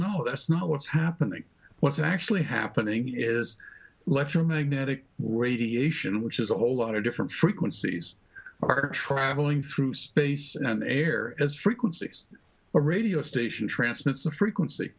no that's not what's happening what's actually happening is letter magnetic radiation which is a whole lot of different frequencies are traveling through space and air as frequencies or radio station transmits a frequency